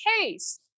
case